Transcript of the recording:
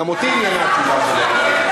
גם אותי עניינה התשובה שלו.